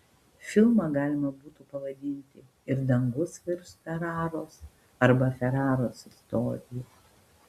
filmą galima būtų pavadinti ir dangus virš feraros arba feraros istorija